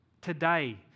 today